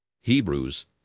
Hebrews